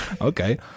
Okay